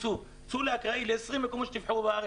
תצאו באופן אקראי לעשרים מקומות שתבחרו בארץ.